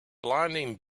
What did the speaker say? blinding